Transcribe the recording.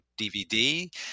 DVD